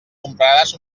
compraràs